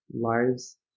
lives